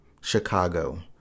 Chicago